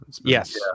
Yes